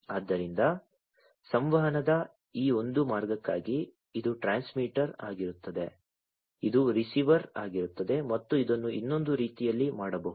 ಆದ್ದರಿಂದ ಸಂವಹನದ ಈ ಒಂದು ಮಾರ್ಗಕ್ಕಾಗಿ ಇದು ಟ್ರಾನ್ಸ್ಮಿಟರ್ ಆಗಿರುತ್ತದೆ ಇದು ರಿಸೀವರ್ ಆಗಿರುತ್ತದೆ ಮತ್ತು ಇದನ್ನು ಇನ್ನೊಂದು ರೀತಿಯಲ್ಲಿ ಮಾಡಬಹುದು